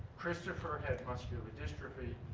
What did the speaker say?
christopher had muscular dystrophy